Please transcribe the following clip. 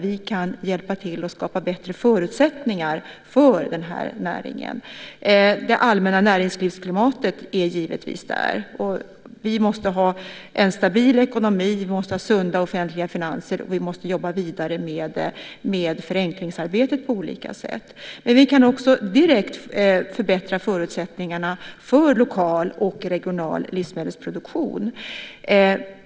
Vi kan hjälpa till att skapa bättre förutsättningar för näringen. Det allmänna näringslivsklimatet finns givetvis med där. Vi måste ha en stabil ekonomi och sunda offentliga finanser, och vi måste jobba vidare med förenklingsarbetet på olika sätt. Vi kan också direkt förbättra förutsättningarna för lokal och regional livsmedelsproduktion.